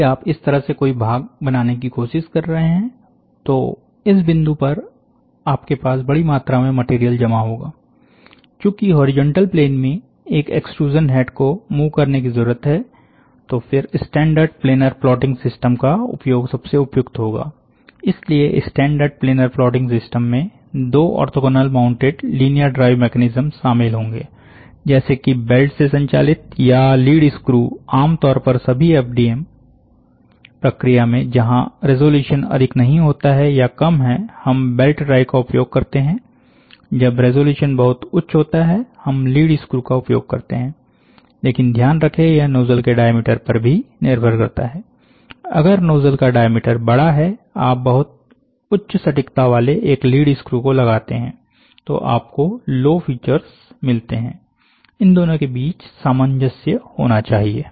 यदि आप इस तरह से कोई भाग बनाने की कोशिश कर रहे हैं तो इस बिंदु पर आपके पास बड़ी मात्रा में मटेरियल जमा होगा चूंकि हॉरिजॉन्टल प्लेन में एक एक्सट्रूजन हैड को मूव करने की जरूरत है तो फिर स्टैंडर्ड प्लेनर प्लॉटिंग सिस्टम का उपयोग सबसे उपयुक्त होगा इसलिए स्टैंडर्ड प्लेनर प्लॉटिंग सिस्टम में दो orthogonal mounted linear drive mechanism शामिल होंगे जैसे की बेल्ट से संचालित या लीड़ स्क्रू आमतौर पर सभी एफडीएम प्रक्रिया में जहां रेजोल्यूशन अधिक नहीं होता है या कम है हम बेल्ट ड्राइव का उपयोग करते हैं जब रेजोल्यूशन बहुत उच्च होता है हम लीड़ स्क्रू का उपयोग करते हैं लेकिन ध्यान रखें यह नोजल के डायामीटर पर भी निर्भर करता है अगर नोजल का डायामीटर बड़ा है आप बहुत उच्च सटीकता वाले एक लीड़ स्क्रू को लगाते हैं तो आपको लो फीचर्स मिलते हैं इन दोनों के बीच सामंजस्य होना चाहिए